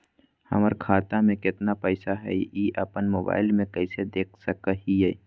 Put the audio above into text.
हमर खाता में केतना पैसा हई, ई अपन मोबाईल में कैसे देख सके हियई?